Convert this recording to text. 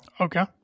okay